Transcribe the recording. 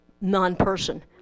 non-person